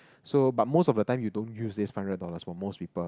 so but most of the time you don't use this five hundred dollars for most people